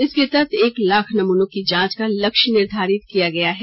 इसके तहत एक लाख नमूनों की जांच का लक्ष्य निर्धारित किया गया है